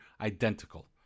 identical